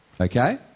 Okay